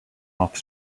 off